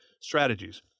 strategies